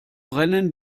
brennen